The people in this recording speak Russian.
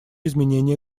изменения